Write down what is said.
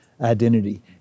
identity